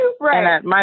right